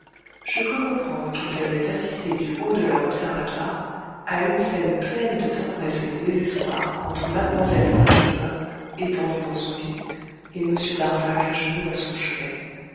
je crus comprendre qu'ils avaient assisté du haut de leur observatoire à une scène pleine de tendresse et de désespoir entre mlle stangerson étendue dans son lit et m darzac à genoux à son chevet